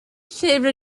lle